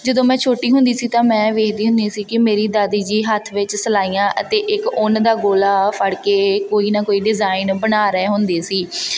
ਜਦੋਂ ਮੈਂ ਛੋਟੀ ਹੁੰਦੀ ਸੀ ਤਾਂ ਮੈਂ ਵੇਖਦੀ ਹੁੰਦੀ ਸੀ ਕਿ ਮੇਰੀ ਦਾਦੀ ਜੀ ਹੱਥ ਵਿੱਚ ਸਲਾਈਆਂ ਅਤੇ ਇੱਕ ਉੱਨ ਦਾ ਗੋਲਾ ਫੜ ਕੇ ਕੋਈ ਨਾ ਕੋਈ ਡਿਜ਼ਾਇਨ ਬਣਾ ਰਹੇ ਹੁੰਦੇ ਸੀ